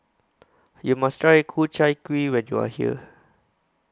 YOU must Try Ku Chai Kuih when YOU Are here